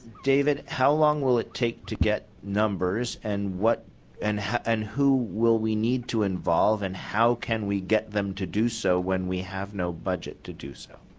david, how long will it take to get numbers and and and who will we need to involve and how can we get them to do so when we have no budget to do so.